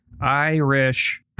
Irish